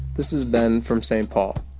this is ben from saint paul.